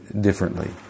differently